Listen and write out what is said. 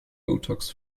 botox